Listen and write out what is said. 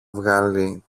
βγάλει